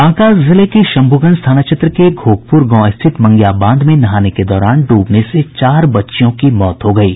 बांका जिले के शम्भूगंज थाना क्षेत्र के घोघपूर गांव स्थित मंगिया बांध में नहाने के दौरान डूबने से चार बच्चियों की मौत हो गयी